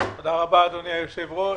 תודה רבה, אדוני היושב-ראש,